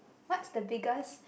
what's the biggest